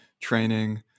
training